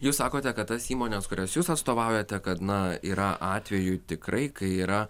jūs sakote kad tas įmones kurios jūs atstovaujate kad na yra atvejų tikrai kai yra